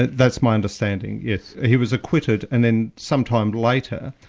that's my understanding, yes. he was acquitted and then sometime later,